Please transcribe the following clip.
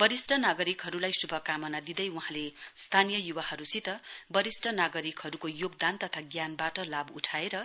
वरिष्ट नागरिकहरुलाई श्भकामना दिँदै वाँले स्थानीय युवाहरुसित वरिष्ट नागरिकहरुको योगदान तथा ज्ञान बाट लाभ उठाएर